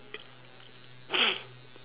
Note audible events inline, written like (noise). (noise)